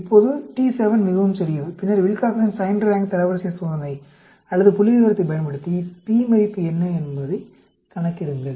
இப்போது T 7 மிகவும் சிறியது பின்னர் வில்காக்சன் சைன்ட் ரான்க் தரவரிசை சோதனை அல்லது புள்ளிவிவரத்தைப் பயன்படுத்தி p மதிப்பு என்ன என்பதைக் கணக்கிடுங்கள்